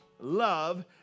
love